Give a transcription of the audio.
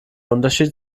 unterschied